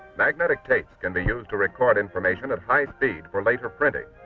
magnetic tapes can be used to record information at high speed for later printing.